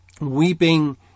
weeping